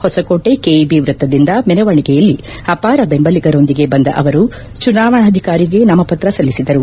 Hosakote KEB ವೃತ್ತದಿಂದ ಮೆರವಣಿಗೆಯಲ್ಲಿ ಅಪಾರ ಬೆಂಬಲಿಗರೊಂದಿಗೆ ಬಂದ ಅವರು ಚುನಾವಣಾಧಿಕಾರಿಗೆ ನಾಮಪತ್ರ ಸಲ್ಲಿಸಿದರು